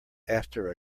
after